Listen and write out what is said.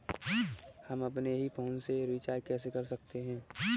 हम अपने ही फोन से रिचार्ज कैसे कर सकते हैं?